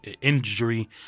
injury